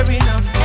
enough